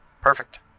Perfect